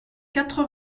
quatre